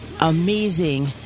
amazing